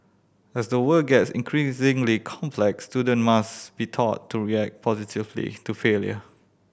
as the world gets increasingly complex student must be taught to react positively to failure